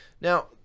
Now